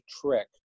trick